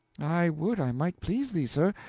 i would i might please thee, sir,